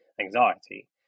anxiety